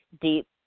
deep